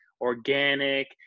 organic